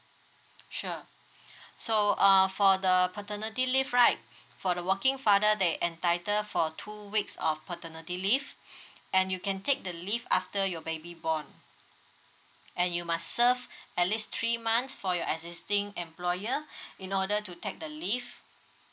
sure so uh for the paternity leave right for the working father they entitle for two weeks of paternity leave and you can take the leave after your baby born and you must serve at least three months for your existing employer in order to take the leave